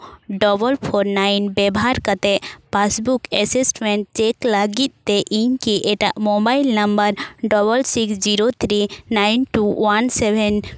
double four nine ᱵᱮᱵᱷᱟᱨ ᱠᱟᱛᱮ pass book assessment check ᱞᱟᱹᱜᱤᱫ ᱛᱮ ᱤᱧ ᱠᱤ ᱮᱴᱟᱜ mobile number double six zero three nine two one seven